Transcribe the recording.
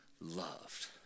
loved